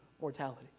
mortality